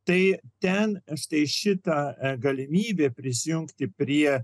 tai ten štai šitą galimybė prisijungti prie